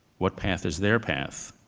what path is their path?